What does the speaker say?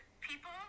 people